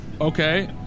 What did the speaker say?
Okay